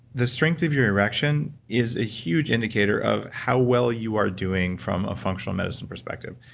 the strength of your erection is a huge indicator of how well you are doing from a functional medicine perspective.